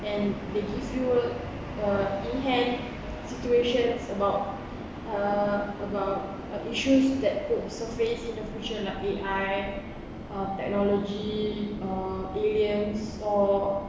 and it gives you uh in-hand situations about uh about issues that could surface in the future lah A_I uh technology areas or